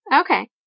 Okay